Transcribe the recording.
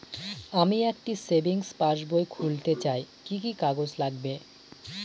আমি একটি savings passbook খুলতে চাই কি কি কাগজ লাগবে?